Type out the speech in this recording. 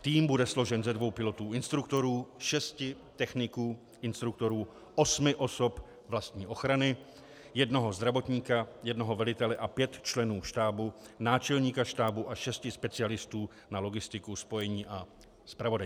Tým bude složen ze dvou pilotů instruktorů, šesti techniků instruktorů, osmi osob vlastní ochrany, jednoho zdravotníka, jednoho velitele a pěti členů štábu, náčelníka štábu a šesti specialistů na logistiku, spojení a zpravodajství.